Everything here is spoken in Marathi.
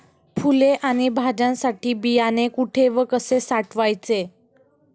फुले आणि भाज्यांसाठी बियाणे कुठे व कसे साठवायचे?